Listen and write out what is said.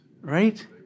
Right